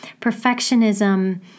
Perfectionism